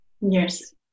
Yes